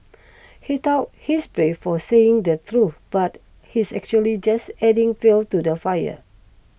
he thought he's brave for saying the truth but he's actually just adding fuel to the fire